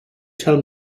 tell